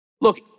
Look